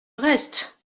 reste